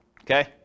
Okay